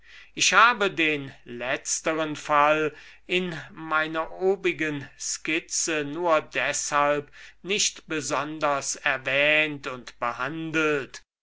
ich habe den letzteren fall in meiner obigen skizze nur deshalb nicht besonders erwähnt und behandelt